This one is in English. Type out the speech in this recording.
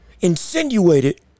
insinuated